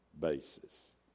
basis